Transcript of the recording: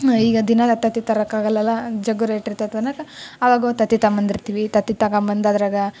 ಈಗ ದಿನಾ ತತ್ತಿ ತರೋಕ್ ಆಗೋಲಲ್ಲ ಜಗ್ಗಿ ರೇಟ್ ಇರ್ತದೆ ಅನ್ನೋಕ್ಕ ಯಾವಾಗೊ ತತ್ತಿ ತಗೊಂಬಂದಿರ್ತಿವಿ ತತ್ತಿ ತಗೊಬಂದು ಅದ್ರಾಗ